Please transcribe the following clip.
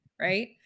right